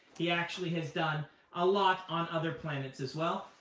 he actually has done a lot on other planets as well.